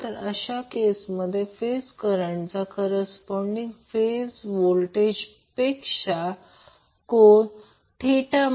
तर प्रत्येक फेजसाठी apparent power Sp Vp I p असेल त्यामुळे cos sin चा कोणताही गुणाकार नाही फक्त Vp I p असेल